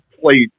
played